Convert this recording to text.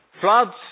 floods